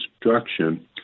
destruction